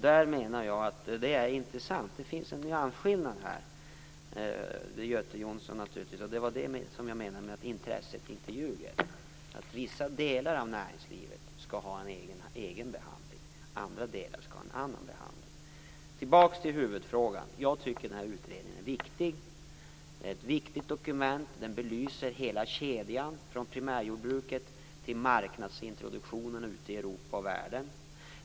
Jag menar att det här finns en nyansskillnad, Göte Jonsson, och det var det jag syftade på när jag sade att intresset inte ljuger: Vissa delar av näringslivet skall ha en egen behandling medan andra delar skall ha en annan behandling. Tillbaka till huvudfrågan: Jag tycker att den gjorda utredningen är ett viktigt dokument. Den belyser hela kedjan från primärjordbruket till marknadsintroduktionen ute i Europa och i världen.